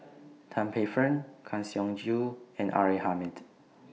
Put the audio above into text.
Tan Paey Fern Kang Siong Joo and R A Hamid